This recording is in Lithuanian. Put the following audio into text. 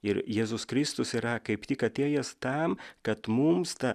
ir jėzus kristus yra kaip tik atėjęs tam kad mums tą